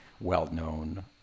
well-known